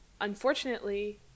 unfortunately